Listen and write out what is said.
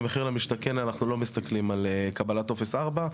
במחיר למשתכן אנחנו לא מסתכלים על קבלת טופס 4,